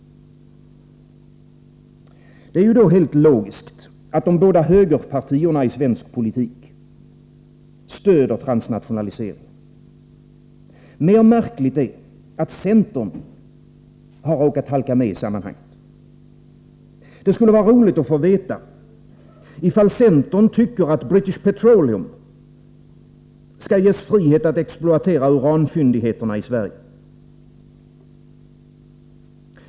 Det är ju helt logiskt att de båda högerpartierna i svensk politik stöder transnationaliseringen. Mer märkligt är, att centern har råkat halka med i sammanhanget. Det skulle vara roligt att få veta, om centern tycker att British Petroleum skall ges frihet att exploatera uranfyndigheter i Sverige.